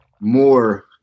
more